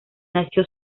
nació